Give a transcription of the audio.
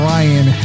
Ryan